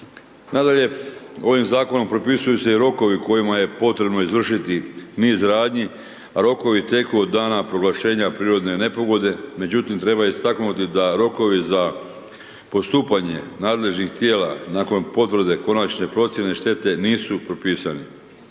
Nadalje, ovim Zakonom propisuju se i rokovi u kojima je potrebno izvršiti niz radnji. Rokovi teku od dana proglašenja prirodne nepogode. Međutim, treba istaknuti da rokovi za postupanje nadležnih tijela nakon potvrde konačne procijene štete, nisu propisani.